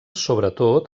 sobretot